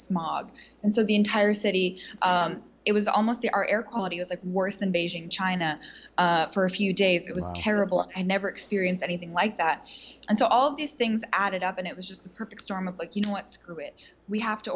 smog so the entire city it was almost the our air quality is a worse than beijing china for a few days it was terrible and never experienced anything like that and so all these things added up and it was just a perfect storm of like you know what screw it we have to